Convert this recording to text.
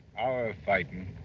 our fighting.